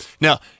Now